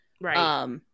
Right